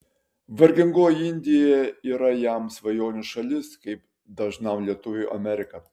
vargingoji indija yra jam svajonių šalis kaip dažnam lietuviui amerika